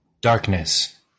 Darkness